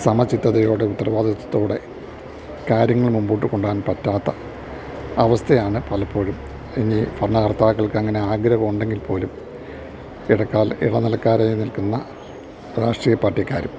സമച്ചിത്തതയോടെ ഉത്തരവാദിത്തത്തോടെ കാര്യങ്ങൾ മുമ്പോട്ട് കൊണ്ടാൻ പറ്റാത്ത അവസ്ഥയാണ് പലപ്പോഴും ഇനി ഭരണകർത്താക്കൾക്ക് അങ്ങനെ ആഗ്രഹം ഉണ്ടെങ്കിൽ പോലും ഇടക്കാല ഇടനിലക്കാരായി നിൽക്കുന്ന രാഷ്ട്രീയ പാർട്ടിക്കാരും